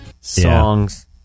songs